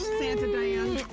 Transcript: santa diane.